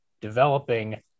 developing